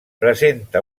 presenta